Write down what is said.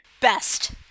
best